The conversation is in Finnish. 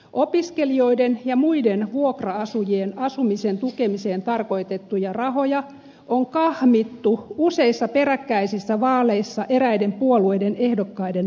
opiskelijoiden ja muiden vuokra asujien asumisen tukemiseen tarkoitettuja rahoja on kahmittu useissa peräkkäisissä vaaleissa eräiden puolueiden ehdokkaiden vaalikampanjoihin